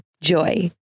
JOY